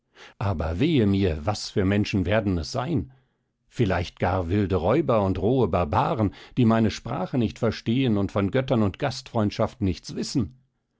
aber wehe mir was für menschen werden es sein vielleicht gar wilde räuber und rohe barbaren die meine sprache nicht verstehen und von göttern und gastfreundschaft nichts wissen